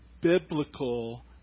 biblical